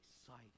excited